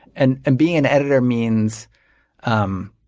and and being an editor means um